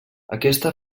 aquesta